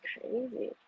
crazy